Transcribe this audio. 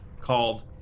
called